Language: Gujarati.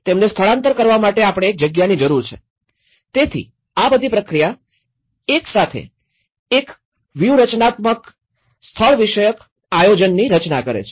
તેમને સ્થળાંતર કરવા માટે આપણે એક જગ્યાની જરૂર છે તેથી આ બધી પ્રક્રિયા એકસાથે એક વ્યૂહરચનાત્મક સ્થાળવિષયક આયોજનની રચના કરે છે